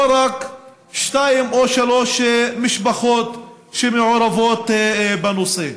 לא רק שתיים או שלוש משפחות שמעורבות בנושא.